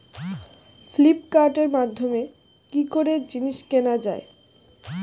ফ্লিপকার্টের মাধ্যমে কি করে জিনিস কেনা যায়?